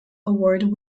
award